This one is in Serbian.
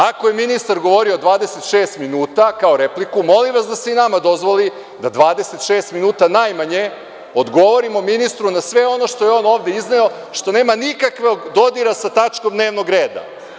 Ako je ministar govorio 26 minuta kao repliku, molim vas da se i nama dozvoli da 26 minuta najmanje odgovorimo ministru na sve ono što je on ovde izneo, što nema nikakvog dodira sa tačkom dnevnog reda.